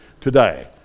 today